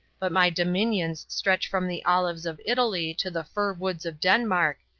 but my dominions stretch from the olives of italy to the fir-woods of denmark,